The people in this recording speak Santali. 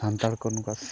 ᱥᱟᱱᱛᱟᱲ ᱠᱚ ᱱᱚᱝᱠᱟ